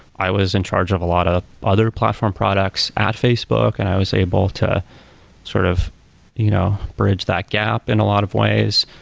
i was in charge of a lot of other platform products at facebook and i was able to sort of you know bridge that gap in a lot of ways.